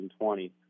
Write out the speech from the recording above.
2020